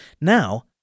Now